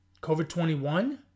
COVID-21